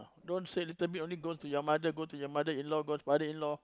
don't say little bit only go to your mother go to your mother-in-law go father-in-law